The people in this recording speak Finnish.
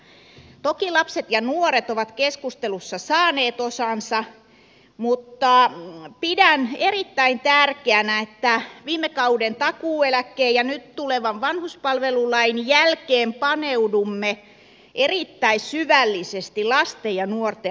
toki lapset ja nuoret ovat keskustelussa saaneet osansa mutta pidän erittäin tärkeänä että viime kauden takuueläkkeen ja nyt tulevan vanhuspalvelulain jälkeen paneudumme erittäin syvällisesti lasten ja nuorten asioihin